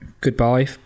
goodbye